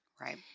Right